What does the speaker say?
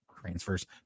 transfers